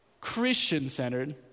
Christian-centered